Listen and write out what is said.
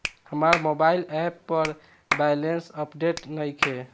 हमार mobile app पर balance update नइखे